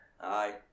Aye